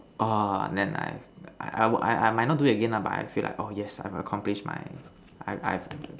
orh then I I I might not do it again lah but I feel like oh yes I've accomplished my I I've